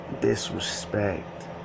disrespect